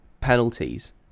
penalties